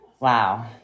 Wow